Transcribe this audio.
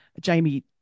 Jamie